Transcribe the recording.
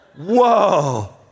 Whoa